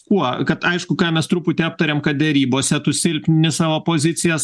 kuo kad aišku ką mes truputį aptarėm kad derybose tu silpnini savo pozicijas